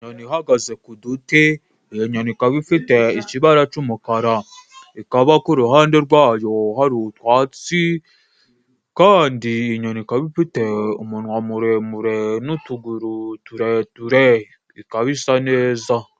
Inyoni ihagaze ku duti iyo nyoni ikaba ifite ikibara c'umukara ikaba ku uruhande rwayo hari utwatsi kandi inyoni ikaba ifite umunwa muremure n'utuguru tureture ikaba isa neza